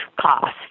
cost